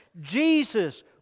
Jesus